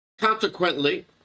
Consequently